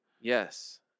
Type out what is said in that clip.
Yes